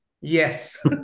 Yes